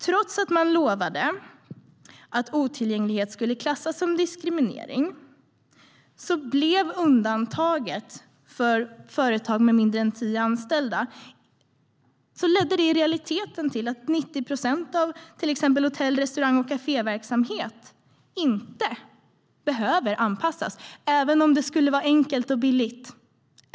Trots att man lovade att otillgänglighet skulle klassas som diskriminering ledde undantaget för företag med mindre än tio anställda i realiteten till att 90 procent av till exempel hotell, restaurang och kaféverksamhet inte behöver anpassas - även om det skulle vara enkelt och billigt.